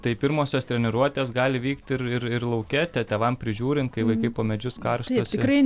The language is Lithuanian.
tai pirmosios treniruotės gali vykti ir ir lauke tėvam prižiūrint kai vaikai po medžius karstosi